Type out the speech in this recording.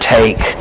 take